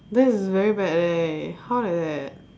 that's is very bad leh how like that